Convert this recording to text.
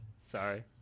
Sorry